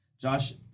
Josh